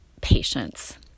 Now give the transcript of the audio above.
patience